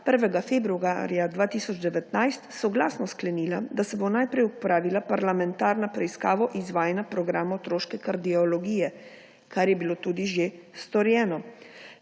1. februarja 2019, soglasno sklenila, da se bo najprej opravila parlamentarna preiskava izvajanja programov otroške kardiologije, kar je bilo tudi že storjeno.